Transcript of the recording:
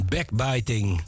Backbiting